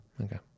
Okay